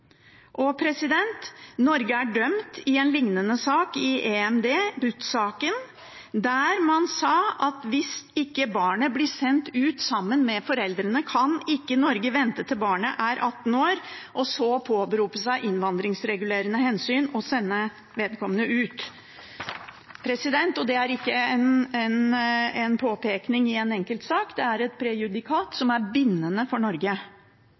Norge er dømt i en lignende sak i EMD, Butt-saken, der man sa at hvis ikke barnet blir sendt ut sammen med foreldrene, kan ikke Norge vente til barnet er 18 år og så påberope seg innvandringsregulerende hensyn og sende vedkommende ut. Det er ikke en påpekning i en enkeltsak, det er et prejudikat som er bindende for Norge.